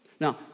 Now